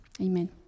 Amen